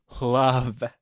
love